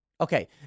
Okay